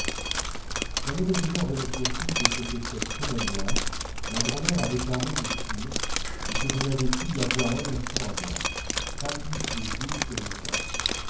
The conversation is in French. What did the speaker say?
ma mauvaise humeur venait surtout de ce que cette semaine-là ma grand'mère avait paru me fuir et que je n'avais pu l'avoir un instant à moi pas plus le jour que le soir